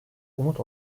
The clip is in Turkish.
umut